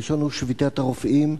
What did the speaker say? הראשון הוא שביתת הרופאים.